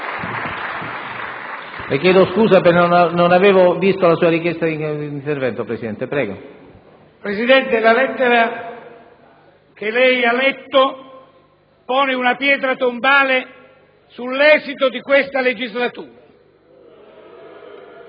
Presidente, la lettera che lei ha letto pone una pietra tombale sull'esito di questa legislatura